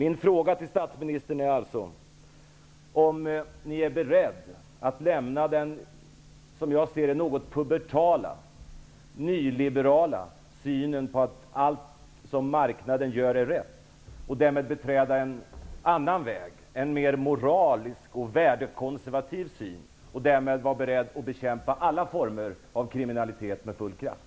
Min fråga till statsministern är alltså om ni är beredda att lämna den, som jag ser det, något pubertala, nyliberala uppfattningen att allt som marknaden gör är rätt och därmed beträda en annan väg, en mer moralisk och värdekonservativ väg, samt därmed vara beredd att bekämpa olika former av kriminalitet med all kraft.